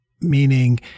meaning